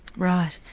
right.